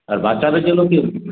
আর বাচ্চাদের জন্য কি